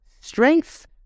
strength